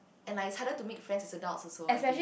and I decided to make friends with adults also I think